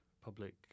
public